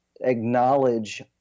acknowledge